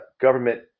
government